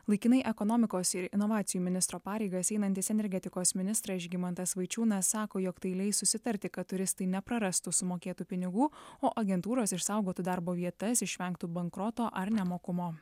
laikinai ekonomikos ir inovacijų ministro pareigas einantis energetikos ministras žygimantas vaičiūnas sako jog tai leis susitarti kad turistai neprarastų sumokėtų pinigų o agentūros išsaugotų darbo vietas išvengtų bankroto ar nemokumo